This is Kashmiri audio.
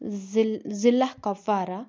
ضِل ضِلعہ کۄپوارہ